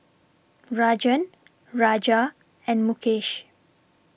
Rajan Raja and Mukesh